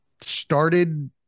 started